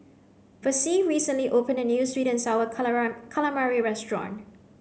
Versie recently opened a new sweet and sour calamari restaurant